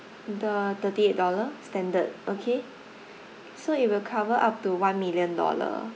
the thirty eight dollar standard okay so it will cover up to one million dollar